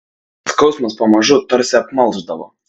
skausmas pamažu tarsi apmalšdavo